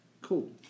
Cool